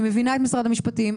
אני מבינה את משרד המשפטים,